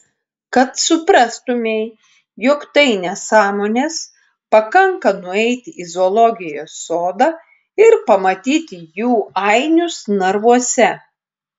kad suprastumei jog tai nesąmonės pakanka nueiti į zoologijos sodą ir pamatyti jų ainius narvuose